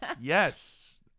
yes